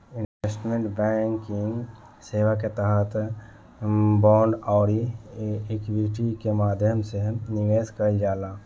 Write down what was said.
investment banking सेवा के तहत बांड आउरी इक्विटी के माध्यम से निवेश कईल जाला